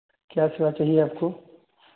क्या सेवा चाहिए आपको